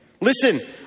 Listen